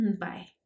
bye